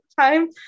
time